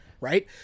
right